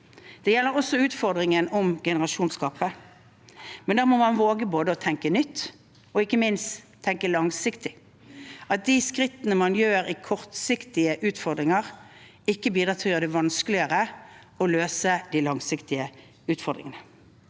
Det gjelder også utfordringen med generasjonsgapet. Men da må man våge både å tenke nytt og ikke minst tenke langsiktig, slik at de skrittene man tar når det gjelder kortsiktige utfordringer, ikke bidrar til å gjøre det vanskeligere å løse de langsiktige utfordringene.